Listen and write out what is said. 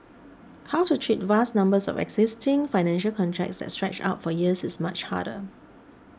how to treat vast numbers of existing financial contracts that stretch out for years is much harder